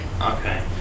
Okay